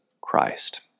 Christ